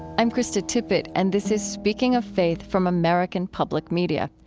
i'm krista tippett, and this is speaking of faith from american public media.